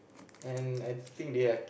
and I think they are